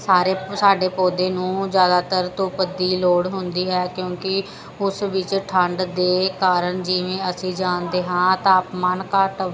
ਸਾਰੇ ਸਾਡੇ ਪੌਦਿਆਂ ਨੂੰ ਜ਼ਿਆਦਾਤਰ ਧੁੱਪ ਦੀ ਲੋੜ ਹੁੰਦੀ ਹੈ ਕਿਉਂਕਿ ਉਸ ਵਿੱਚ ਠੰਢ ਦੇ ਕਾਰਨ ਜਿਵੇਂ ਅਸੀਂ ਜਾਣਦੇ ਹਾਂ ਤਾਪਮਾਨ ਘੱਟ